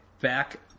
back